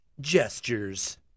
Gestures